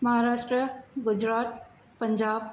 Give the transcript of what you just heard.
Maharashtra Gujarat Punjab